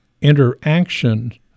interaction